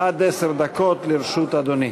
עד עשר דקות לרשות אדוני.